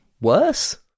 worse